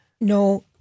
No